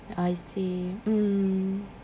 I see mm